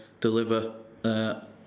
deliver